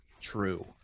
true